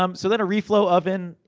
um so then a reflow oven,